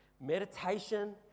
Meditation